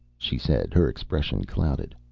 she said, her expression clouded.